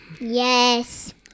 Yes